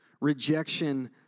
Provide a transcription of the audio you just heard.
Rejection